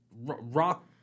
rock